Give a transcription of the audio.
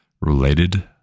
related